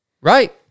right